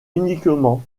uniquement